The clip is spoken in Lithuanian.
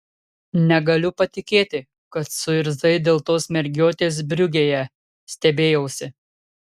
negaliu patikėti kad suirzai dėl tos mergiotės briugėje stebėjausi